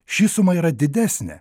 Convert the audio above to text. ši suma yra didesnė